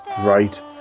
right